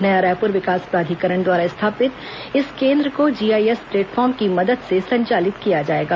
नया रायपुर विकास प्राधिकरण द्वारा स्थापित इस केंद्र को जीआईएस प्लेटफॉर्म की मदद से संचालित किया जाएगा